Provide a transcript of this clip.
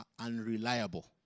unreliable